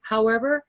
however,